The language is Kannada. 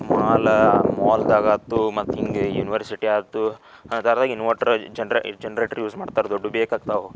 ಮಾಲ ಮಾಲ್ದಾಗಾಯ್ತು ಮತ್ತು ಹೀಗೆ ಯುನಿವರ್ಸಿಟಿ ಆಯ್ತು ಅದರ ಇನ್ವರ್ಟರ್ ಜನರೇ ಜನ್ರೇಟರ್ ಯೂಸ್ ಮಾಡ್ತಾರೆ ದೊಡ್ಡದು ಬೇಕಾಗ್ತವೆ